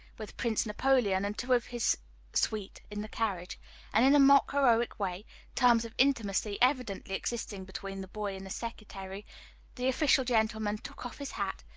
with prince napoleon and two of his suite in the carriage and, in a mock-heroic way terms of intimacy evidently existing between the boy and the secretary the official gentleman took off his hat,